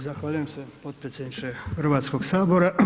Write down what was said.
Zahvaljujem se potpredsjedniče Hrvatskog sabora.